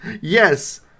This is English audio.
Yes